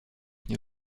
nie